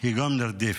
היא גם נרדפת.